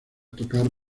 tocar